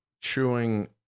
chewing